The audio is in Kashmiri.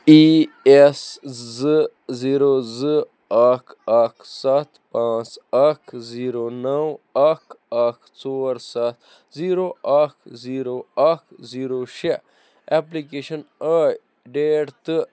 اِی ایٚس زٕ زیٖرو زٕ اَکھ اَکھ ستھ پانژ اَکھ زیٖرو نو اَکھ اَکھ ژور ستھ زیٖرو اَکھ زیٖرو اَکھ زیٖرو شےٚ ایپلِکیٚشن آے ڈیٹ تہٕ